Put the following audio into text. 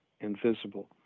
invisible